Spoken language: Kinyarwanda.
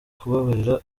kubabarira